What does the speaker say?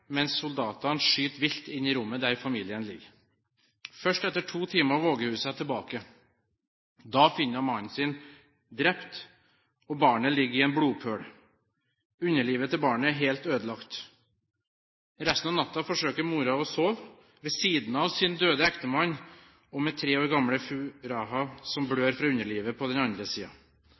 mens soldatene skyter vilt inn i rommet der familien ligger. Først etter to timer våger hun seg tilbake. Da finner hun mannen sin drept, og barnet ligger i en blodpøl. Underlivet til barnet er helt ødelagt. Resten av natten forsøker moren å sove ved siden av sin døde ektemann og med tre år gamle Furaha, som blør fra underlivet, på den andre